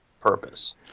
purpose